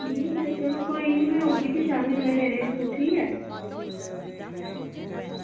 ते कोई निं में तुसेंगी देने ई औगी शामीं लै सूट ठीक ऐ